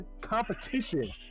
competition